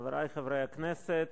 חברי חברי הכנסת,